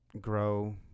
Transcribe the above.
grow